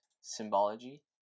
symbology